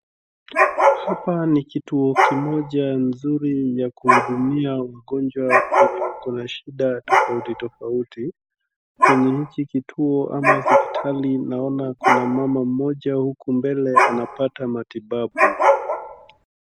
Hapa ni kituo kimoja nzuri ya kuhudumia wagonjwa wenye wakona shida tofauti tofauti. Kwenye hiki kituo ama hospitali naona kuna mama mmoja mbele anapata matibabu.